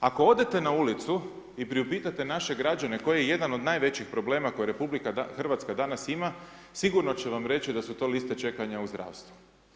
Ako odete na ulicu i priupitate naše građane koji je jedan od najvećih problema koje Republika Hrvatska danas ima, sigurno će vam reći da su to liste čekanja u zdravstvu.